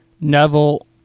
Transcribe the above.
Neville